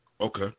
Okay